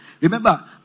remember